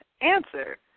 answer